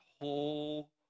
whole